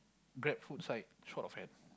Grab foods right short of hand